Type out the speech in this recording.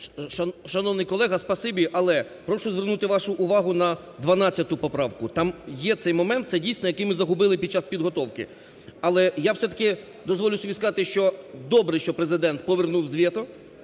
Шановний колего, спасибі. Але прошу звернути вашу увагу на 12 поправку, там є цей момент, це, дійсно, який ми загубили під час підготовки. Але я все-таки дозволю собі сказати, що добре, що Президент повернув з вето.